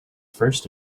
first